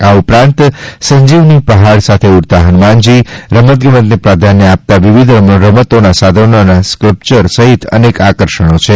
આ ઉપરાંત સંજીવની પહાડ સાથે ઉડતા હનુમાનજી રમતગમતને પ્રાધાન્ય આપતા વિવિધ રમતોના સાધનોમાં સ્કલ્પસર સહિત અનેક આક્રર્ષણો છે